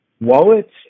wallets